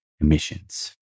emissions